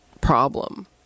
problem